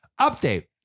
Update